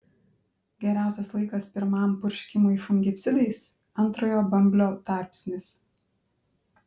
geriausias laikas pirmam purškimui fungicidais antrojo bamblio tarpsnis